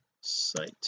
site